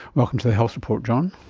welcome to the health report john.